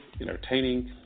entertaining